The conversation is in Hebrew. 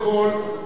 קודם כול,